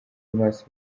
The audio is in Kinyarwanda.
amaso